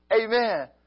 Amen